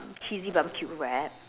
cheesy barbecue wrap